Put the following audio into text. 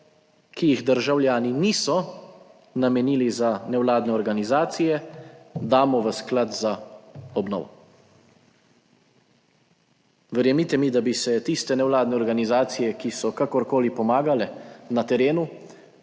ki jih državljani niso namenili za nevladne organizacije, damo v sklad za obnovo. Verjemite mi, da bi se tiste nevladne organizacije, ki so kakorkoli pomagale na terenu